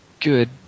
good